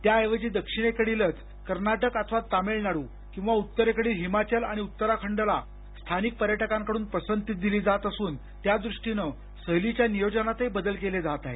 त्याऐवजी दक्षिणेकडीलच कर्नाटक अथवा तामिळनाडू किंवा उत्तरेकडील हिमाचल आणि उत्तराखंडला स्थानिक पर्यटकांकडून पसंती दिली जात असून त्यादृष्टीनं सहलीच्या नियोजनात बदल केले जात आहेत